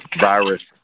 virus